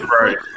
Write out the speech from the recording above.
right